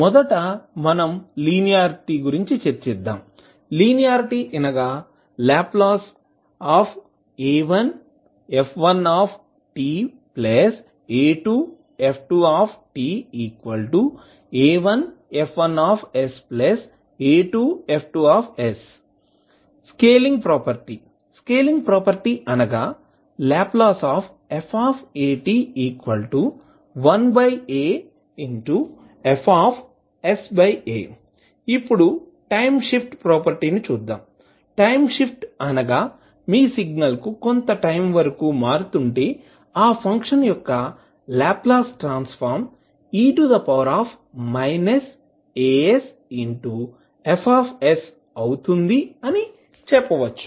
మొదట మనం లీనియార్టీ గురించి చర్చిద్దాంలీనియార్టీ అనగాLa1f1ta2f2ta1F1sa2F2s స్కేలింగ్ ప్రాపర్టీ అనగాLf 1aFsaఇప్పుడు టైం షిఫ్ట్ అనగా మీ సిగ్నల్ కొంత టైం వరకు మారుతుంటే ఆ ఫంక్షన్ యొక్క లాప్లాస్ ట్రాన్స్ ఫార్మ్ e asFఅవుతుంది అని చెప్పవచ్చు